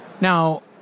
now